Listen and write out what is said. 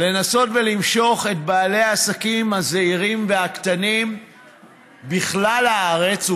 לנסות ולמשוך את בעלי העסקים והזעירים והקטנים בכלל הארץ,